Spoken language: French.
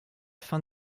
fin